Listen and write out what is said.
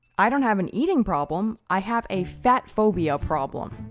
i don't have an eating problem, i have a fatphobia problem.